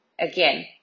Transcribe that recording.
Again